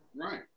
right